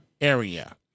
area